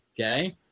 okay